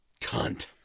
cunt